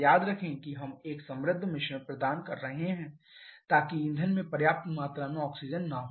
याद रखें कि हम एक समृद्ध मिश्रण प्रदान कर रहे हैं ताकि ईंधन में पर्याप्त मात्रा में ऑक्सीजन न हो